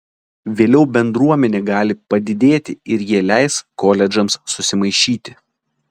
vėliau bendruomenė gali padidėti ir jie leis koledžams susimaišyti